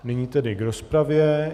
Nyní tedy k rozpravě.